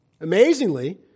Amazingly